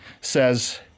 says